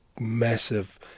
massive